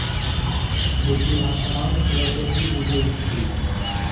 बुच्ची अहाँ सामान्य शेयर सँ की बुझैत छी?